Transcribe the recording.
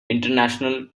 international